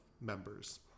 members